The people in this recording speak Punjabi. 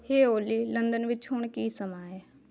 ਹੇ ਓਲੀ ਲੰਡਨ ਵਿਚ ਹੁਣ ਕੀ ਸਮਾਂ ਹੈ